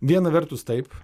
viena vertus taip